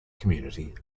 community